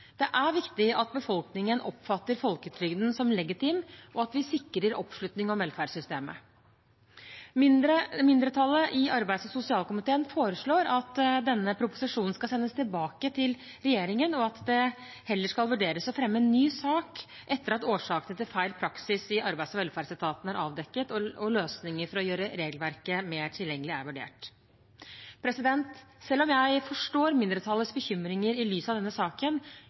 Det er viktig at befolkningen oppfatter folketrygden som legitim, og at vi sikrer oppslutningen om velferdssystemet. Mindretallet i arbeids- og sosialkomiteen foreslår at denne proposisjonen skal sendes tilbake til regjeringen, og at det heller skal vurderes å fremme en ny sak etter at årsakene til feil praksis i Arbeids- og velferdsetaten er avdekket, og løsninger for å gjøre regelverket mer tilgjengelig er vurdert. Selv om jeg forstår mindretallets bekymringer i lys av denne saken,